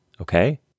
okay